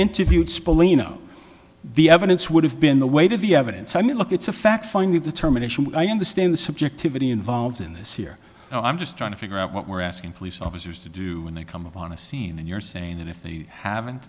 interviewed spill enough the evidence would have been the weight of the evidence i mean look it's a fact finding determination i understand the subjectivity involved in this here i'm just trying to figure out what we're asking police officers to do when they come upon a scene and you're saying that if they haven't